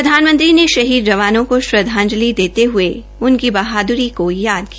प्रधानमंत्री ने शहीद जवानों को श्रद्वांजलि देते हये उनकी बहादुरी को याद किया